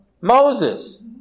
Moses